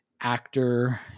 actor